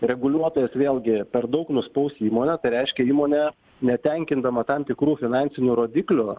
reguliuotojas vėlgi per daug nuspaus įmonę tai reiškia įmonė netenkindama tam tikrų finansinių rodiklių